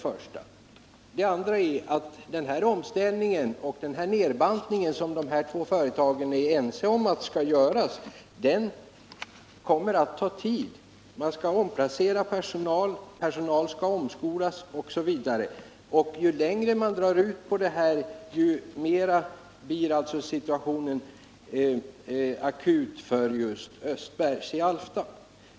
För det andra kommer den omställning och nedbantning som de två företagen är ense om att man skall göra att ta tid. Man skall omplacera personal, omskola personal osv. Ju längre man drar ut på tiden desto mer akut blir situationen för Östbergs i Alfta.